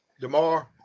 Damar